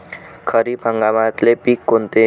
खरीप हंगामातले पिकं कोनते?